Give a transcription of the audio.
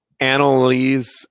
Analyze